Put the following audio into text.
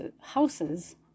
houses